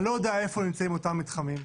אני לא יודע איפה נמצאים אותם מתחמים,